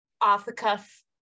off-the-cuff